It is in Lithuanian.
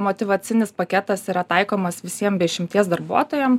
motyvacinis paketas yra taikomas visiem be išimties darbuotojam